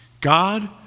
God